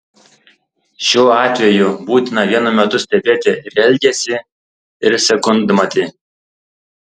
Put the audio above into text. šiuo atveju būtina vienu metu stebėti ir elgesį ir sekundmatį